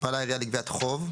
פעלה העירייה לגביית חוב",